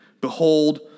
Behold